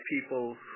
people